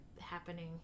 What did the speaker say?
happening